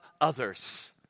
others